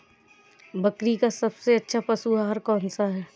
बकरी का सबसे अच्छा पशु आहार कौन सा है?